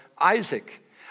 Isaac